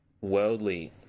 worldly